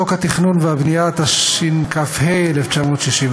חוק התכנון והבנייה, התשכ"ה 1965,